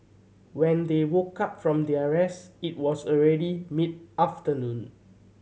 when they woke up from their rest it was already mid afternoon